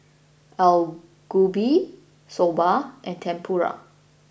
Alu Gobi Soba and Tempura